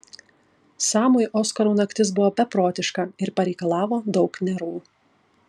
samui oskarų naktis buvo beprotiška ir pareikalavo daug nervų